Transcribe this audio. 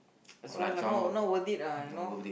that's why lah not not worth it lah know